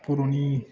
बर'नि